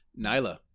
Nyla